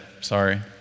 sorry